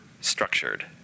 structured